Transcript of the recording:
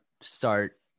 start